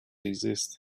exist